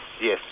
yes